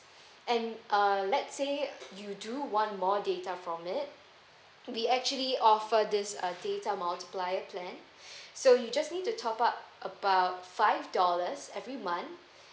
and uh let's say you do want more data from it we actually offer this uh data multiplier plan so you just need to top up about five dollars every month